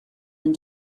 and